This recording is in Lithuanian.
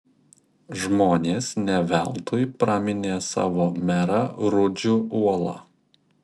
žmonės ne veltui praminė savo merą rudžiu uola